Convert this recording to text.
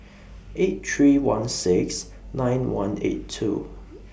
eight three one six nine one eight two